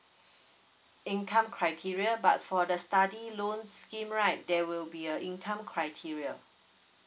income criteria but for the study loan scheme right there will be a income criteria